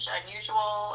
unusual